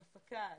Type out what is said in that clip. הפקה,